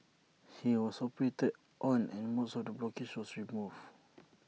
he was operated on and most of the blockages was removed